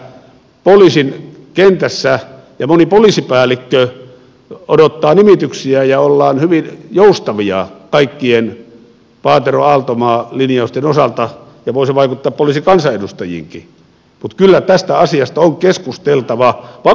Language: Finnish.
minä ymmärrän että tämä hiljentää poliisikentässä ja moni poliisipäällikkö odottaa nimityksiä ja ollaan hyvin joustavia kaikkien paateroaaltomaa linjausten osalta ja voi se vaikuttaa poliisikansanedustajiinkin mutta kyllä tästä asiasta on keskusteltava vakavasti